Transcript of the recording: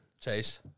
Chase